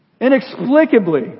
Inexplicably